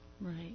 Right